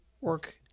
work